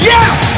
Yes